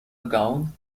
gown